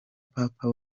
papa